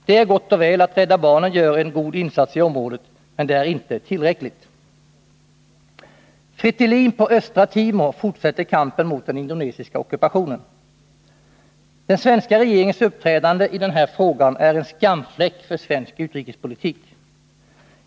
Det är gott och väl att Rädda barnen gör en god insats i området, men det är inte tillräckligt. Fretilin på Östra Timor fortsätter kampen mot den indonesiska ockupationen. Den svenska regeringens uppträdande i den här frågan är en skamfläck för svensk utrikespolitik.